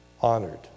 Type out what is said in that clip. honored